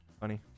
Funny